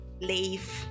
leave